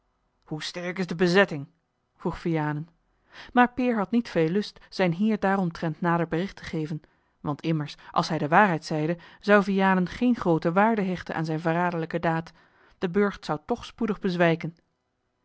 hoe sterk is de bezetting vroeg vianen maar peer had niet veel lust zijn heer daaromtrent nader bericht te geven want immers als hij de waarheid zeide zou vianen geene groote waarde hechten aan zijne verraderlijke daad de burcht zou toch spoedig bezwijken